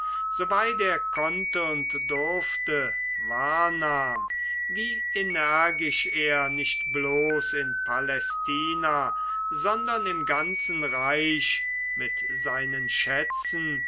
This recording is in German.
er konnte und durfte wahrnahm wie energisch er nicht bloß in palästina sondern im ganzen reich mit seinen schätzen